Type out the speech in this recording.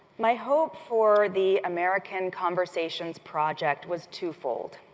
my hope for the american conversations project was two-fold.